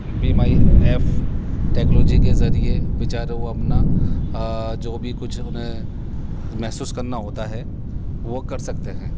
be مائی ایف technology کے ذریعے بچاروں کو اپنا جو بھی کچھ انہیں محسوس کرنا ہوتا ہے وہ کر سکتے ہیں